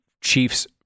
Chiefs